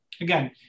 again